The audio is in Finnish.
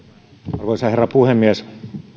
arvoisa herra puhemies